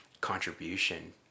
contribution